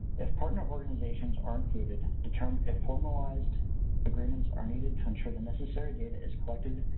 if partner organizations are included, determine if formalized agreements are needed ensure the necessary data is collected,